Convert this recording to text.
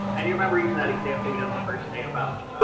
and you remember even that example we did on the first day about